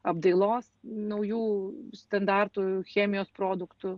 apdailos naujų standartų chemijos produktų